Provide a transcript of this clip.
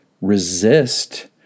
resist